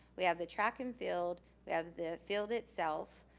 we have the track and field, we have the field itself,